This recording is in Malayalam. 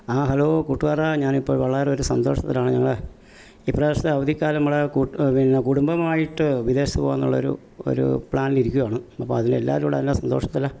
ആ ഹലോ കൂട്ടുകാരാ ഞാൻ ഇപ്പോൾ വളരെ ഒരു സന്തോഷത്തിലാണ് ഞങ്ങൾ ഇപ്രാവശ്യത്തെ അവധി കാലം നമ്മളെ കൂട്ട ഏ പിന്നെ കുടുബമായിട്ട് വിദേശത്ത് പോവാമെന്നുള്ളൊരു ഒരു ഒരു പ്ലാനിൽ ഇരിക്കുവാണ് അപ്പോൾ അതിന് എല്ലാവരും ഇവിടെ ഒരു സന്തോഷത്തിലാണ്